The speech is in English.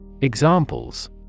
Examples